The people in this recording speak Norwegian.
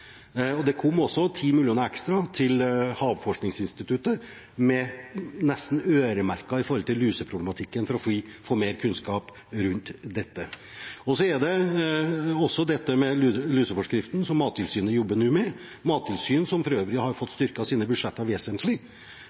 betraktelig. Det kom også 10 mill. kr ekstra til Havforskningsinstituttet, nesten øremerket luseproblematikken, for å få mer kunnskap rundt dette. Så er det også dette med luseforskriften, som Mattilsynet nå jobber med, et mattilsyn som for øvrig har fått styrket sine budsjetter vesentlig.